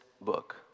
book